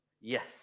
Yes